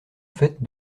faite